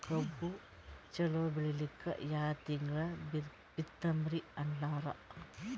ಕಬ್ಬು ಚಲೋ ಬೆಳಿಲಿಕ್ಕಿ ಯಾ ತಿಂಗಳ ಬಿತ್ತಮ್ರೀ ಅಣ್ಣಾರ?